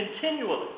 continually